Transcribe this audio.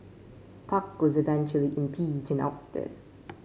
park was eventually impeached and ousted